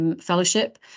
fellowship